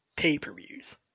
Pay-per-views